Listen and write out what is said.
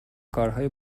کارهای